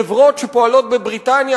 חברות שפועלות בבריטניה,